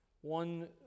one